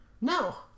No